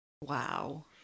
Wow